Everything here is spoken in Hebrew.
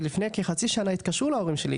לפני כחצי שנה התקשרו לאמא שלי,